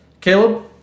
Caleb